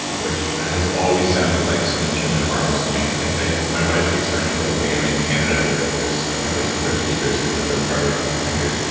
which has always sounded like someone chewing on marbles to me. my wife speaks french fluently. i'm in canada, where there's apparently some french speakers in another part of the country.